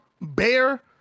bear